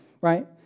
right